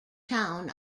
town